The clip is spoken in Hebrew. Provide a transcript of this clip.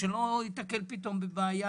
שהוא לא ייתקל פתאום בבעיה.